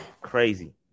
Crazy